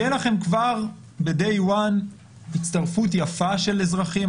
יהיה לכם כבר ב-day one הצטרפות יפה של אזרחים,